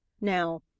Now